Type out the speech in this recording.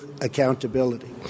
accountability